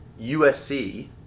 USC